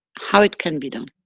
how it can be done.